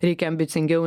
reikia ambicingiau